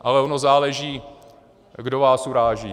Ale ono záleží, kdo vás uráží.